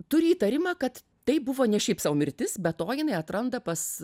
turi įtarimą kad tai buvo ne šiaip sau mirtis be to jinai atranda pas